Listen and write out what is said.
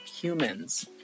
humans